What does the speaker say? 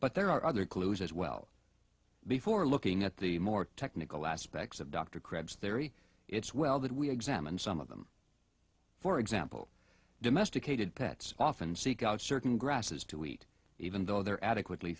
but there are other clues as well before looking at the more technical aspects of dr krebs theory it's well that we examine some of them for example domesticated pets often seek out certain grasses to eat even though they're adequately